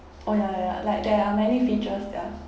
orh ya ya ya like there are many features ya